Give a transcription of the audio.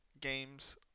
games